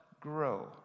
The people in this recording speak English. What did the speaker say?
grow